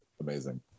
Amazing